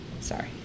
Sorry